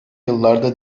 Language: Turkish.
yıllarda